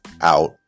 out